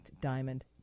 Diamond